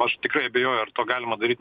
aš tikrai abejoju ar to galima daryt